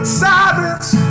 silence